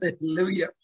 Hallelujah